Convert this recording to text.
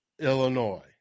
Illinois